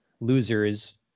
losers